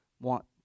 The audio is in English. want